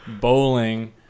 Bowling